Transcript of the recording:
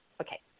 Okay